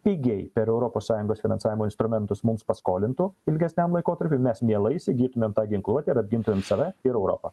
pigiai per europos sąjungos finansavimo instrumentus mums paskolintų ilgesniam laikotarpiui mes mielai įsigytumėm tą ginkluotę ir apgintumėm save ir europą